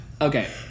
okay